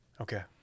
Okay